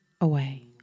away